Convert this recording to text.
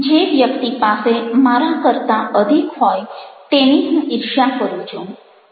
જે વ્યક્તિ પાસે મારા કરતાં અધિક હોય તેની હું ઈર્ષ્યા કરું છું